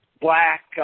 black